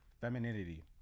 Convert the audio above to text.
Femininity